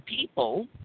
people